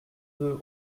deux